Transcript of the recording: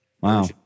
Wow